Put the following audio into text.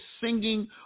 singing